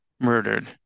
murdered